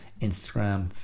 instagram